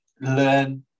learn